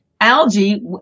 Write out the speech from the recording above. algae